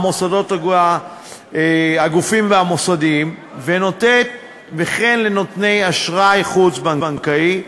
הגופים המוסדיים, וכן לנותני אשראי חוץ-בנקאי,